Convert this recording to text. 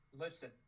Listen